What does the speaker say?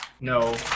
No